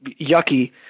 yucky